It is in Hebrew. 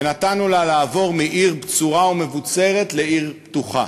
ונתנו לה לעבור מעיר בצורה ומבוצרת לעיר פתוחה.